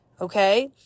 Okay